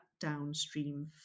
downstream